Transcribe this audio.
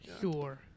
Sure